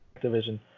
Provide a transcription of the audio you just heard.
division